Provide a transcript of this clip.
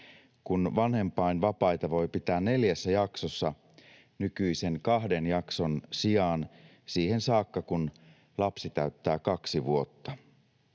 kun vanhempainvapaita voi pitää neljässä jaksossa nykyisen kahden jakson sijaan siihen saakka, kun lapsi täyttää kaksi vuotta.